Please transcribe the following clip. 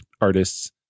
artists